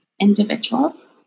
individuals